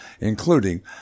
including